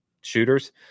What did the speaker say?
shooters